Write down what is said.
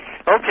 Okay